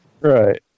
Right